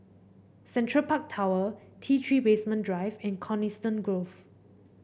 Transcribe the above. Central Park Tower T Three Basement Drive and Coniston Grove